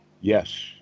Yes